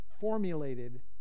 formulated